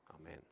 Amen